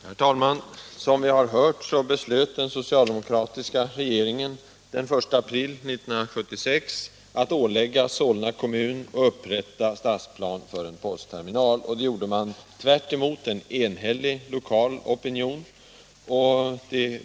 Herr talman! Som vi har hört beslöt den socialdemokratiska regeringen den 1 april 1976 att ålägga Solna kommun att upprätta stadsplan för en postterminal. Detta gjorde regeringen tvärtemot en enhällig lokal opinion.